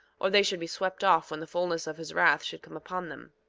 or they should be swept off when the fulness of his wrath should come upon them.